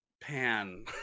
pan